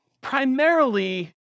primarily